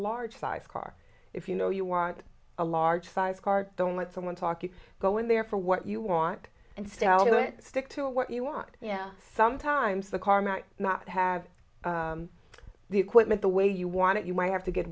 large size car if you know you want a large size car don't let someone talk you go in there for what you want and say i'll stick to what you want you know sometimes the car might not have the equipment the way you want it you might have to get